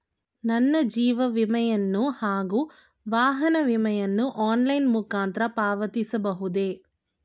ನನ್ನ ಜೀವ ವಿಮೆಯನ್ನು ಹಾಗೂ ವಾಹನ ವಿಮೆಯನ್ನು ಆನ್ಲೈನ್ ಮುಖಾಂತರ ಪಾವತಿಸಬಹುದೇ?